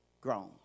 grown